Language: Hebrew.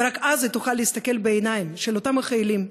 ורק אז היא תוכל להסתכל בעיניים של אותם החיילים,